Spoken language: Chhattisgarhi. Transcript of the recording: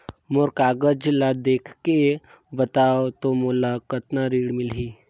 मोर कागज ला देखके बताव तो मोला कतना ऋण मिलही?